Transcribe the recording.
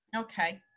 Okay